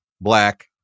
black